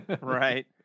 Right